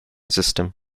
system